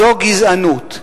זו גזענות.